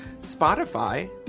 Spotify